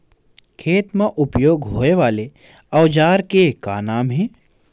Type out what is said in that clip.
खेत मा उपयोग होए वाले औजार के का नाम हे?